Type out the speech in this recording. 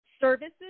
services